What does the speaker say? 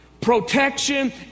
protection